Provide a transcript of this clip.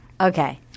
Okay